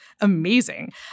amazing